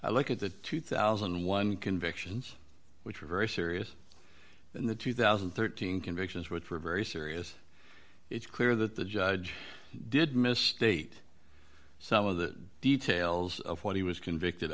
i look at the two thousand and one convictions which are very serious the two thousand and thirteen convictions which were very serious it's clear that the judge did misstate some of the details of what he was convicted